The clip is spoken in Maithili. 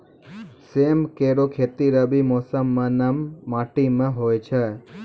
सेम केरो खेती रबी मौसम म नम माटी में होय छै